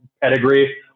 pedigree